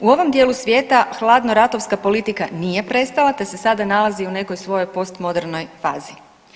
U ovom dijelu svijeta hladno ratovska politika nije prestala te se sada nalazi u nekoj svojoj postmodernoj fazi.